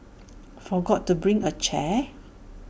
forgot to bring A chair